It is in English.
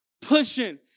pushing